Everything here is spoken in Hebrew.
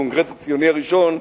בקונגרס הציוני הראשון,